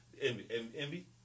Envy